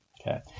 Okay